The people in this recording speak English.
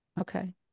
Okay